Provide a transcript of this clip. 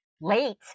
late